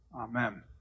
Amen